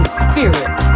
spirit